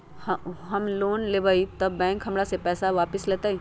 हम लोन लेलेबाई तब बैंक हमरा से पैसा कइसे वापिस लेतई?